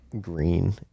green